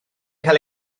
cael